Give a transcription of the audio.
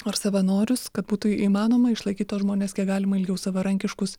ar savanorius kad būtų įmanoma išlaikyt tuos žmones kiek galima ilgiau savarankiškus